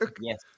Yes